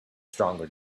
stronger